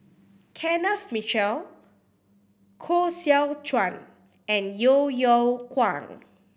Kenneth Mitchell Koh Seow Chuan and Yeo Yeow Kwang